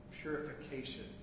purification